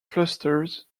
clusters